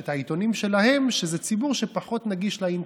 שזה ציבור שהוא נגיש פחות לאינטרנט.